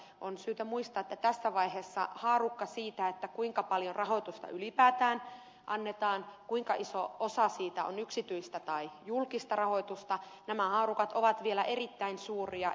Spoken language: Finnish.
on syytä muistaa että tässä vaiheessa haarukka siitä kuinka paljon rahoitusta ylipäätään annetaan kuinka iso osa siitä on yksityistä tai julkista rahoitusta on vielä erittäin suuri